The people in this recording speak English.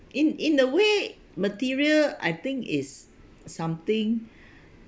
in in the way material I think is something